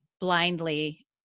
blindly